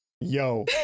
Yo